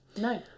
No